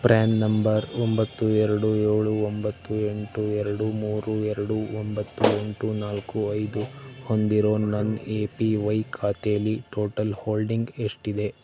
PRAN number ಒಂಬತ್ತು ಎರಡು ಏಳು ಒಂಬತ್ತು ಎಂಟು ಎರಡು ಮೂರು ಎರಡು ಒಂಬತ್ತು ಎಂಟು ನಾಲ್ಕು ಐದು ಹೊಂದಿರೋ ನನ್ನ ಎ ಪಿ ವೈ ಖಾತೇಲಿ ಟೋಟಲ್ ಹೋಲ್ಡಿಂಗ್ ಎಷ್ಟಿದೆ